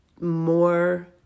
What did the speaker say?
more